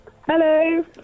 Hello